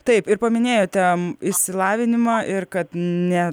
taip ir paminėjote išsilavinimą ir kad ne